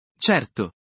Certo